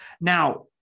Now